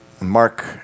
Mark